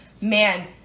man